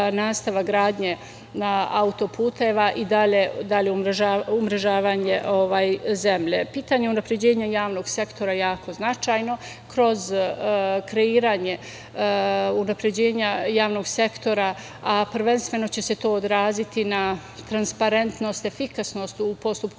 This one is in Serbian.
nastavak gradnje auto-puteva i dalje umrežavanje zemlje. Pitanje unapređenja javnog sektora je jako značajno kroz kreiranje unapređenja javnog sektora, a prvenstveno će se to odraziti na transparentnost, efikasnost u postupku